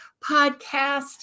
podcast